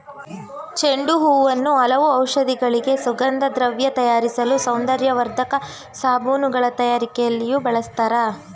ಚೆಂಡು ಹೂವನ್ನು ಹಲವು ಔಷಧಿಗಳಿಗೆ, ಸುಗಂಧದ್ರವ್ಯ ತಯಾರಿಸಲು, ಸೌಂದರ್ಯವರ್ಧಕ ಸಾಬೂನುಗಳ ತಯಾರಿಕೆಯಲ್ಲಿಯೂ ಬಳ್ಸತ್ತರೆ